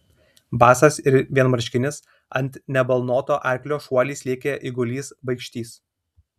basas ir vienmarškinis ant nebalnoto arklio šuoliais lėkė eigulys baikštys